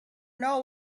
know